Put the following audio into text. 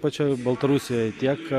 pačioj baltarusijoj tiek